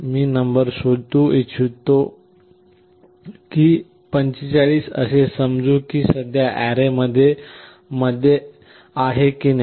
मी एक नंबर शोधू इच्छितो की 45 असे समजू की सध्या अॅरे मध्ये आहे की नाही